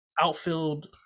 outfield